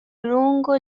lungo